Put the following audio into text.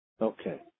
Okay